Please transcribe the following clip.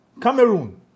Cameroon